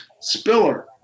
Spiller